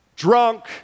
drunk